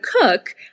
cook